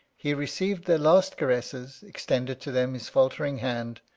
he received their last caresses, extended to them his faltering hand,